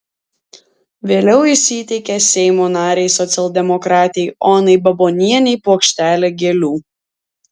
vėliau jis įteikė seimo narei socialdemokratei onai babonienei puokštelę gėlių